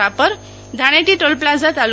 Rapar Dhaneti toll plaza તા